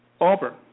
Auburn